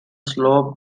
slopes